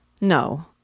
No